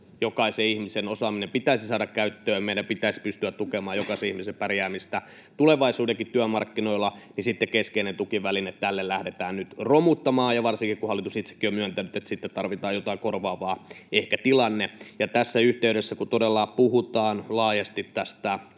jokaisen ihmisen osaaminen pitäisi saada käyttöön, ja meidän pitäisi pystyä tukemaan jokaisen ihmisen pärjäämistä tulevaisuudenkin työmarkkinoilla, keskeistä tukivälinettä tälle lähdetään romuttamaan, varsinkin kun hallitus itsekin on myöntänyt, että sitten tarvitaan jotain korvaavaa ehkä tilalle. Tässä yhteydessä kun todella puhutaan laajasti tästä